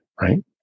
right